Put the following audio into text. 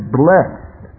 blessed